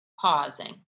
pausing